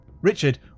Richard